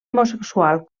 homosexual